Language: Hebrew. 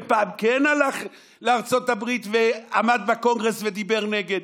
ופעם כן הלך לארצות הברית ועמד בקונגרס ודיבר נגד?